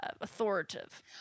authoritative